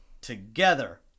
Together